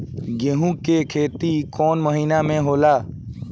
गेहूं के खेती कौन महीना में होला?